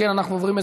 אנחנו עוברים,